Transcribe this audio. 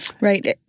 Right